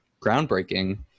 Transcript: groundbreaking